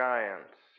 Giants